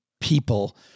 people